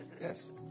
yes